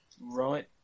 Right